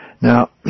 Now